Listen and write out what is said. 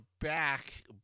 back